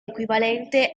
equivalente